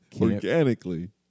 Organically